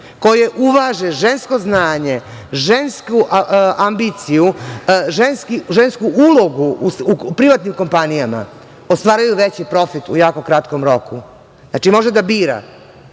koje uvaže žensko znanje, žensku ambiciju, žensku ulogu, u privatnim kompanijama ostvaruju veći profit u jako kratkom roku. Znači, može da bira: